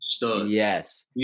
yes